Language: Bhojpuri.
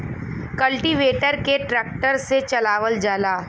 कल्टीवेटर के ट्रक्टर से चलावल जाला